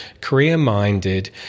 career-minded